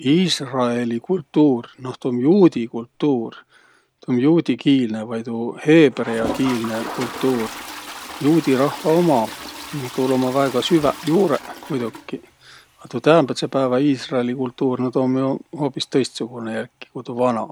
Iisraeli kultuur, noh, tuu um juudi kultuur. Tuu um juudikiilne vai tuu heebreäkiilne kultuur. Juudi rahva uma. No tuul ummaq väega süväq juurõq muidoki. A tuu täämbädse päävä iisraeli kultuur, no tuu um jo hoobis tõistsugunõ jälki, ku tuu vana.